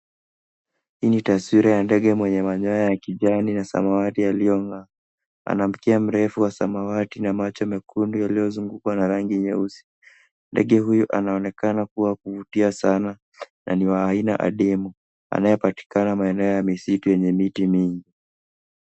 Hii ni taswira ya ndege mwenye manyoya ya kijani na samawati, yaliyong'aa. Ana mkia mrefu wa samawati na macho mekundu yaliyozungukwa na rangi nyeusi. Ndege huyu anaonekana kua wa kuvutia sana, na ni wa aina adimu, anayepatikana maeneo ya misitu yenye miti mingi.